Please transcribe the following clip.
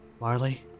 Marley